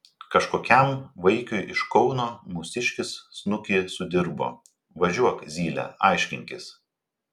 kažkokiam vaikiui iš kauno mūsiškis snukį sudirbo važiuok zyle aiškinkis